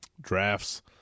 drafts